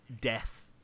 death